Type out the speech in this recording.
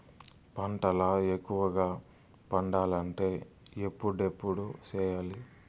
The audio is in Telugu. పంటల ఎక్కువగా పండాలంటే ఎప్పుడెప్పుడు సేయాలి?